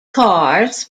cars